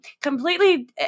completely